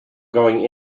going